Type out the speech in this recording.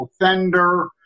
offender